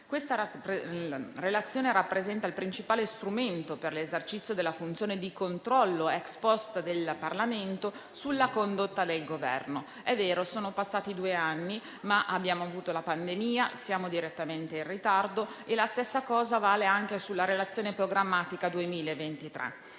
l'anno 2022 e rappresenta il principale strumento per l'esercizio della funzione di controllo *ex post* del Parlamento sulla condotta del Governo. È vero, sono passati due anni, ma abbiamo avuto la pandemia, siamo in ritardo e la stessa cosa vale anche sulla relazione programmatica 2023.